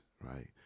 right